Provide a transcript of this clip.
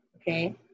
okay